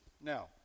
Now